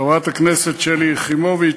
חברת הכנסת שלי יחימוביץ,